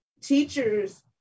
teachers